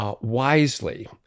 Wisely